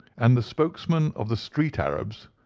and the spokesman of the street arabs,